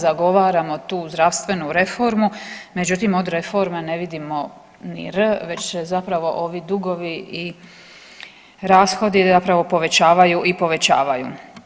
Zagovaramo tu zdravstvenu reformu, međutim od reforme ne vidimo ni „R“ već se zapravo ovi dugovi i rashodi zapravo povećavaju i povećavaju.